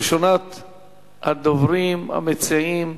ראשונת המציעים,